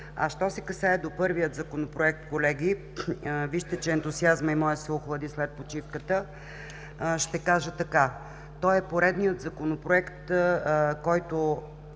Що се касае до първия Законопроект, колеги, вижте, че и моят ентусиазъм се охлади след почивката, ще кажа така: той е поредният Законопроект, който